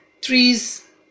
trees